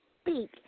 speak